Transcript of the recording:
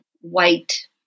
white